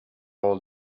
all